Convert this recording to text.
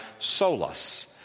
solas